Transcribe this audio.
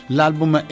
L'album